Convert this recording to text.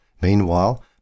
Meanwhile